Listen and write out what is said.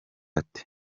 ate